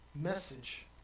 message